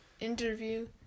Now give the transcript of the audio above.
interview